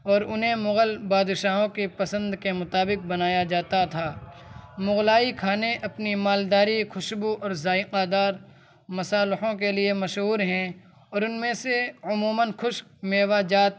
اور انہیں مغل بادشاہوں کے پسند کے مطابق بنایا جاتا تھا مغلائی کھانے اپنی مالداری خوشبو اور ذائقہ دار مصالحوں کے لیے مشہور ہیں اور ان میں سے عموماً خشک میوہ جات